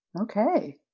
Okay